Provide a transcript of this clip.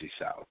South